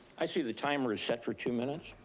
i see the timer is set for two minutes.